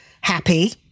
happy